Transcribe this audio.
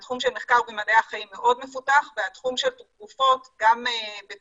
התחום של מחקר במדעי החיים מאוד מפותח והתחום של תרופות גם בתחום